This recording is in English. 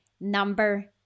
number